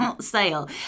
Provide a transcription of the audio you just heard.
sale